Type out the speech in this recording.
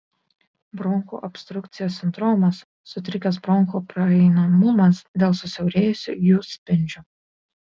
bronchų obstrukcijos sindromas sutrikęs bronchų praeinamumas dėl susiaurėjusių jų spindžių